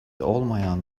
olmayan